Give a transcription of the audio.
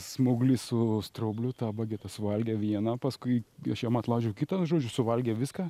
smauglys su straubliu tą bagetę suvalgė vieną paskui aš jam atlaužiau kitą nu žodžiu suvalgė viską